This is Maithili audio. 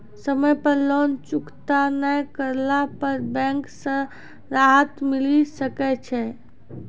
समय पर लोन चुकता नैय करला पर बैंक से राहत मिले सकय छै?